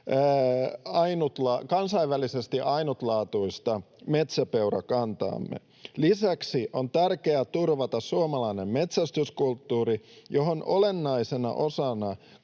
kansainvälisesti ainutlaatuista metsäpeurakantaamme. Lisäksi on tärkeää turvata suomalainen metsästyskulttuuri, johon olennaisena osana